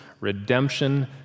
redemption